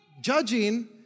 Judging